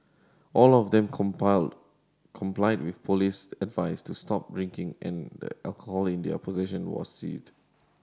all of them complied with police advice to stop drinking and the alcohol in their possession was seized